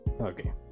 Okay